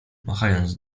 machając